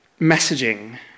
messaging